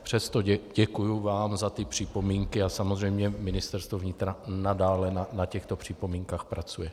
Přesto děkuji vám za ty připomínky a samozřejmě Ministerstvo vnitra nadále na těchto připomínkách pracuje.